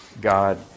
God